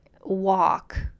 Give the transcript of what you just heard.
walk